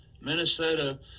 Minnesota –